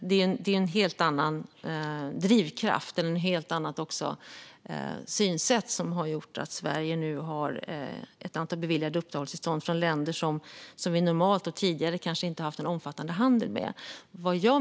Det är en helt annan drivkraft eller ett helt annat synsätt som har gjort att ett antal personer från länder som vi normalt inte har, och tidigare kanske inte har haft, en omfattande handel med har beviljats uppehållstillstånd i Sverige.